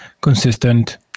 consistent